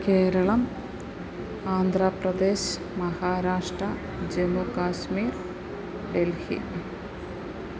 Keralam Andhra Pradesh Maharashtra Jammu Kashmir Delhi